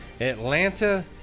Atlanta